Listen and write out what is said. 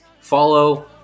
Follow